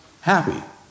happy